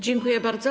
Dziękuję bardzo.